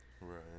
Right